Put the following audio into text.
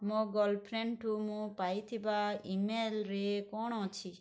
ମୋ ଗର୍ଲଫ୍ରେଣ୍ଡଠୁ ମୁଁ ପାଇଥିବା ଇମେଲରେ କ'ଣ ଅଛି